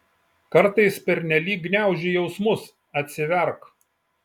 kartais pernelyg gniauži jausmus atsiverk